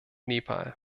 nepal